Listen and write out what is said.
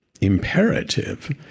imperative